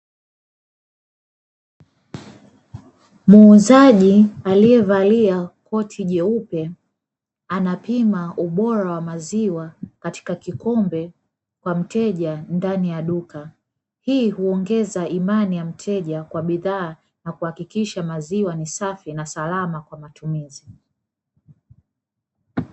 Muuzaji aliyevalia koti jeupe, anapima ubora wa maziwa katika kikombe kwa mteja ndani ya duka. Hii huongeza imani ya mteja kwa bidhaa na kuhakikisha maziwa ni safi na salama kwa matumizi.